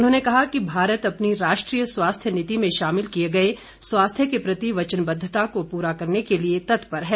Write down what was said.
उन्होंने कहा कि भारत अपनी राष्ट्रीय स्वास्थ्य नीति में शामिल किये गये स्वास्थ्य के प्रति वचनबद्धता को पूरा करने के लिए तत्पर है